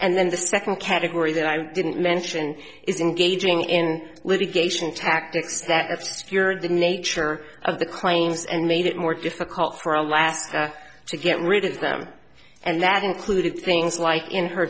and then the second category that i didn't mention is engaging in litigation tactics that have secured the nature of the claims and made it more difficult for alaska to get rid of them and that included things like in her